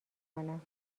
کنم